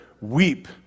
weep